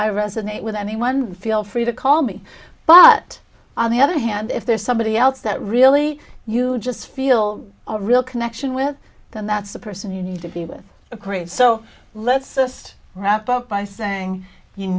resonate with anyone feel free to call me but on the other hand if there's somebody else that really you just feel a real connection with then that's the person you need to be with a great so let's just wrap up by saying you